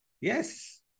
Yes